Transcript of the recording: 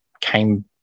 came